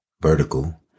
vertical